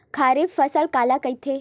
खरीफ फसल काला कहिथे?